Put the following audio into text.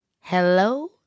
hello